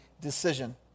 decision